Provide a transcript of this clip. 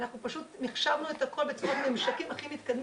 אנחנו פשוט מחשבנו את הכול בצורת ממשקים הכי מתקדמים.